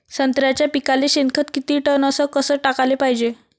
संत्र्याच्या पिकाले शेनखत किती टन अस कस टाकाले पायजे?